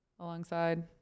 alongside